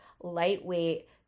lightweight